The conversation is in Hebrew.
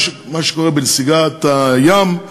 מה שקורה בנסיגת הים,